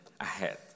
ahead